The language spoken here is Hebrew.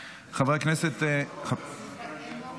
לא רוצים?